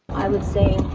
i would say,